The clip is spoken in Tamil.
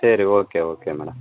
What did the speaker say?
சரி ஓகே ஓகே மேடம்